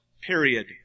period